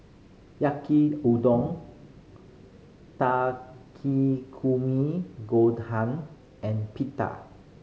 Yaki Udon Takikomi Gohan and Pita